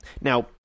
now